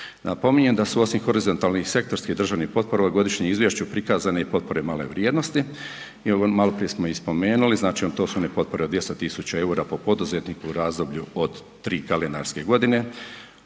Napominjem da su osim horizontalnih i sektorskih državnih potpora u godišnjem izvješću prikazane i potpore male vrijednosti i maloprije smo ih spomenuli, znači to su one potpore od 200 000 eura po poduzetniku u razdoblju od 3 kalendarske godine.